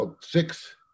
six